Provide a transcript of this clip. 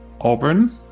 Auburn